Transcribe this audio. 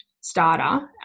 starter